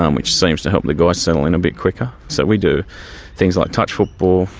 um which seems to help the guys settle in a bit quicker. so we do things like touch football,